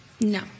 No